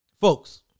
folks